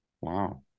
Wow